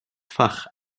fach